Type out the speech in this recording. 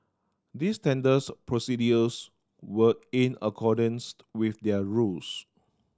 these tenders procedures were in accordance with they are rules